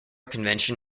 convention